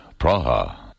Praha